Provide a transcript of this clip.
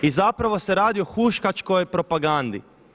I zapravo se radi o huškačkoj propagandi.